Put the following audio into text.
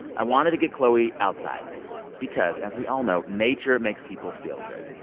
i wanted to get chloe outside because, as we all know, nature makes people feel good.